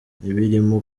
ibirimo